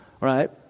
right